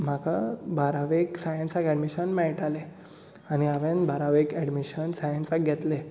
म्हाका बारावेक सायन्साक एड्मिशन मेळटालें आनी हांवेन बारावेक एडमीशन सायन्साक घेतलें